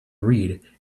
read